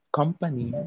company